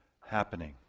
happening